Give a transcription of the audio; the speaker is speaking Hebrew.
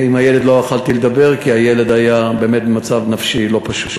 עם הילד לא יכולתי לדבר כי הילד היה באמת במצב נפשי לא פשוט.